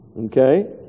Okay